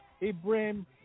Ibrahim